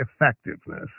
effectiveness